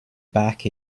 back